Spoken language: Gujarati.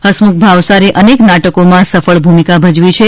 હસમુખ ભાવસારે અનેક નાટકોમાં સફળ ભૂમિકા ભજવી છે